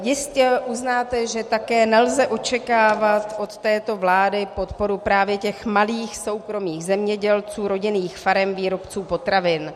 Jistě uznáte, že také nelze očekávat od této vlády podporu právě těch malých soukromých zemědělců, rodinných farem, výrobců potravin.